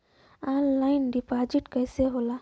Online deposit कैसे होला?